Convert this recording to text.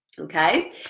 okay